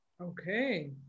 Okay